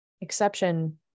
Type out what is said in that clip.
exception